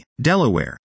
Delaware